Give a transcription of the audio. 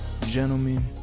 gentlemen